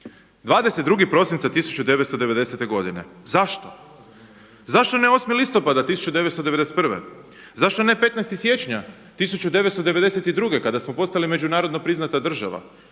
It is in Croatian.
22. prosinca 1990. godine. Zašto? Zašto ne 8. listopada 1991.? Zašto ne 15. siječnja 1992. kada smo postali međunarodno priznata država?